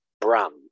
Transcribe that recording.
brand